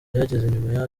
nyuma